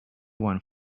won